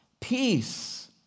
Peace